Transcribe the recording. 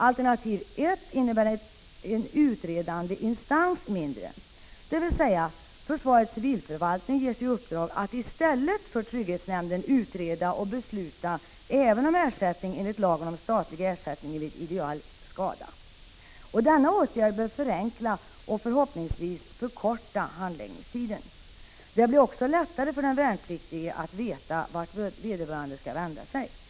Alternativ 1 innebär en utredande instans mindre, dvs. försvarets civilförvaltning ges i uppdrag att i stället för trygghetsnämnden utreda och besluta även om ersättning enligt lagen om statlig ersättning vid ideell skada. Denna åtgärd bör förenkla och förhoppningsvis förkorta handläggningstiden. Det blir också lättare för den värnpliktige att veta vart vederbörande skall vända 59 sig. Prot.